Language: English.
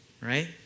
Right